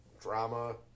drama